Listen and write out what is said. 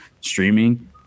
streaming